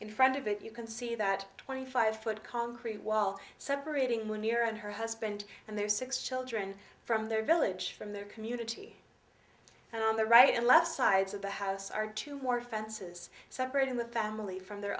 in front of it you can see that twenty five foot concrete wall separating manure and her husband and their six children from their village from their community and on the right and left sides of the house are two more fences separating the family from their